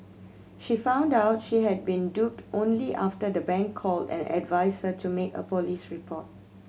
she found out she had been duped only after the bank called and advised her to make a police report